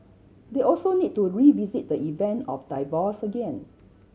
they also need to revisit the event of divorce again